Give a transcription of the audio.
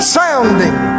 sounding